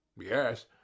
Yes